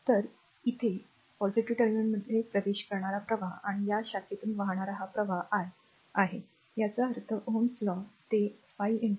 तर येथे पॉझिटिव्ह टर्मिनलमध्ये प्रवेश करणारा प्रवाह आणि या शाखेतून वाहणारा हा प्रवाह i 1आहे याचा अर्थ Ωs law ते 5 i 1